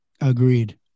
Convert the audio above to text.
Agreed